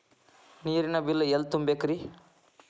ನೇರಿನ ಬಿಲ್ ಎಲ್ಲ ತುಂಬೇಕ್ರಿ?